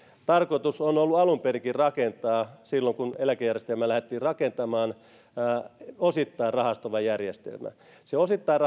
tarkoitus on on alun perinkin ollut silloin kun eläkejärjestelmää lähdettiin rakentamaan rakentaa osittain rahastoiva järjestelmä osittain